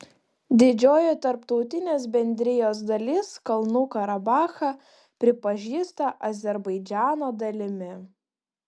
didžioji tarptautinės bendrijos dalis kalnų karabachą pripažįsta azerbaidžano dalimi